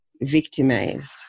victimized